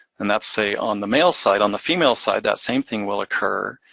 and that's say, on the male side. on the female side, that same thing will occur.